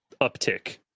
uptick